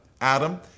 Adam